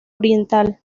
oriental